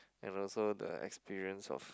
and also the experience of